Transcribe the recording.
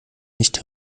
nicht